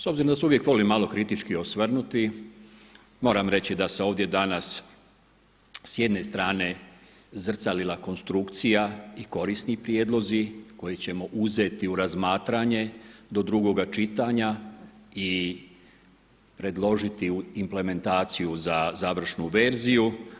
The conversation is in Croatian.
S obzirom da se uvijek volim malo kritički osvrnuti moram reći da se ovdje danas s jedne strane zrcalila konstrukcija i korisni prijedlozi koje ćemo uzeti u razmatranje do drugoga čitanja i predložiti u implementaciju za završnu verziju.